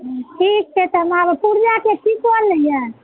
ठीक छै तब पुरजा के फीसो लै यऽ